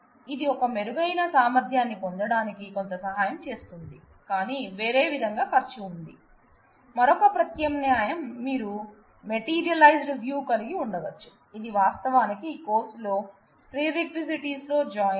కాబట్టి ఇది ఒక మెరుగైన సామర్థ్యాన్ని పొందడానికి కొంత సహాయం చేస్తుంది కానీ వేరే విధంగా ఖర్చు ఉంది మరొక ప్రత్యామ్నాయం మీరు ఒక మెటీరియలైజ్డ్ వ్యూ కలిగి ఉండవచ్చు ఇది వాస్తవానికి కోర్సు లో ప్రిరేక్విసిటిస్ లో జాయిన్